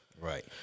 right